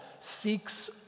seeks